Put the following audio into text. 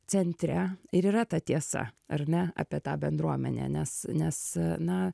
centre ir yra ta tiesa ar ne apie tą bendruomenę nes nes na